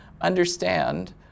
understand